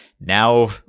now